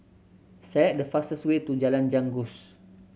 select the fastest way to Jalan Janggus